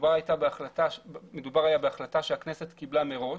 מדובר בהחלטה שהכנסת קיבלה מראש,